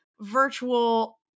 virtual